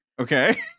Okay